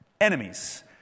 enemies